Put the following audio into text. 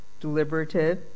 deliberative